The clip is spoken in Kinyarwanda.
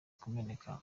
kumeneka